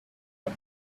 her